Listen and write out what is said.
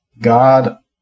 God